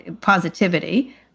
positivity